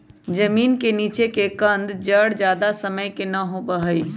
जमीन के नीचे के कंद जड़ ज्यादा समय के ना होबा हई